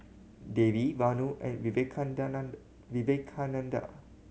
Devi Vanu and Vivekananda